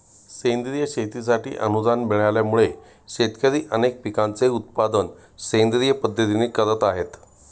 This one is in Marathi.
सेंद्रिय शेतीसाठी अनुदान मिळाल्यामुळे, शेतकरी अनेक पिकांचे उत्पादन सेंद्रिय पद्धतीने करत आहेत